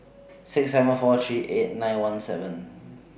six seven four three eight nine one seven